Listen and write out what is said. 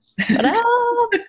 Hello